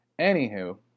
Anywho